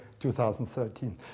2013